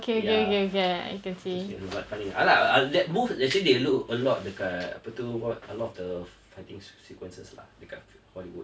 ya gitu sekali banyak kali ah that move actually they look a lot dekat apa tu what a lot of the fightings sequences lah that kind of hollywood